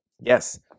yes